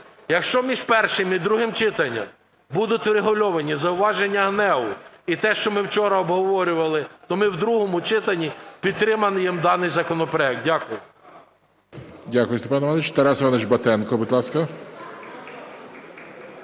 Якщо між першим і другим читанням будуть врегульовані зауваження ГНЕУ і те, що ми вчора обговорювали, то ми у другому читанні підтримаємо даний законопроект. Дякую. ГОЛОВУЮЧИЙ. Дякую, Степан Іванович. Тарас Іванович Батенко, будь ласка.